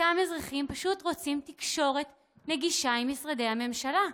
אותם אזרחים פשוט רוצים תקשורת נגישה עם משרדי הממשלה.